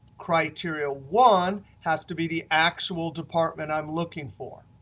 criteria one has to be the actual department i'm looking for.